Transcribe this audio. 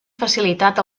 facilitat